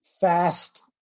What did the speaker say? Fast